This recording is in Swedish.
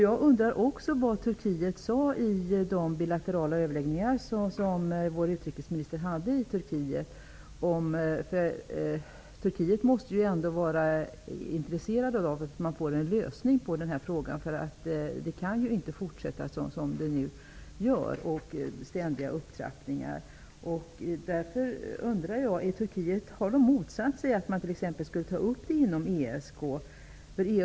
Jag undrar också vad företrädarna för Turkiet sade i de bilaterala överläggningar som vår utrikesminister hade i Turkiet. Turkiet måste ju ändå vara intresserat av att det blir en lösning av detta problem. Det kan ju inte fortsätta som nu, med ständiga upptrappningar. Därför undrar jag: Har Turkiet motsatt sig att man tar upp denna fråga inom ESK?